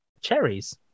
Cherries